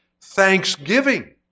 thanksgiving